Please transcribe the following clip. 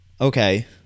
okay